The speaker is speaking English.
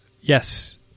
yes